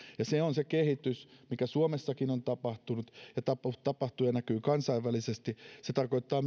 ja se on se kehitys mikä suomessakin on tapahtunut ja tapahtuu ja näkyy kansainvälisesti se tarkoittaa